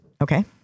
Okay